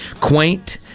quaint